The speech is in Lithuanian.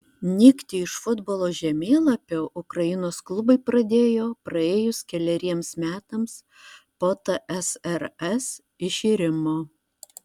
nykti iš futbolo žemėlapio ukrainos klubai pradėjo praėjus keleriems metams po tsrs iširimo